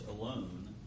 alone